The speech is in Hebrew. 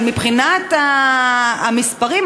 אבל מבחינת המספרים,